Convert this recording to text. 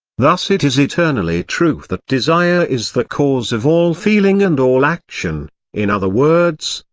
thus it is eternally true that desire is the cause of all feeling and all action in other words,